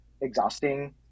exhausting